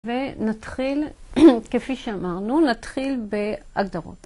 ונתחיל, כפי שאמרנו, נתחיל בהגדרות.